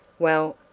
well,